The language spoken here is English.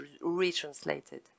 retranslated